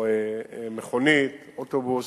מכונית, אוטובוס.